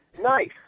Nice